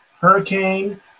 Hurricane